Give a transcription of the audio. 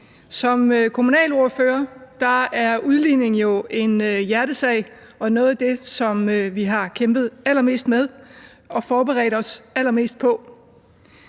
Som kommunalordfører er udligning jo en hjertesag og noget af det, som vi har kæmpet allermest med og forberedt os allermest på.